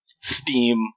Steam